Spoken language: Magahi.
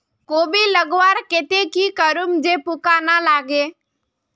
कोबी लगवार केते की करूम जे पूका ना लागे?